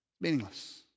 Meaningless